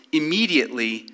immediately